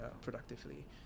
productively